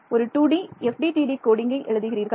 ஒரு 2D FDTD கோடிங்கை எழுதுகிறீர்கள்